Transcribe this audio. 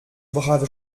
brave